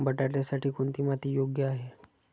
बटाट्यासाठी कोणती माती योग्य आहे?